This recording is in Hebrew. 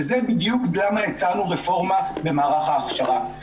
וזה בדיוק למה הצענו רפורמה במערך ההכשרה,